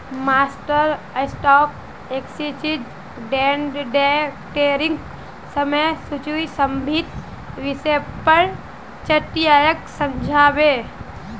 master stock exchange ट्रेडिंगक समय सूची से संबंधित विषय पर चट्टीयाक समझा बे